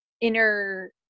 inner